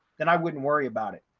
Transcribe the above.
then i wouldn't worry about it.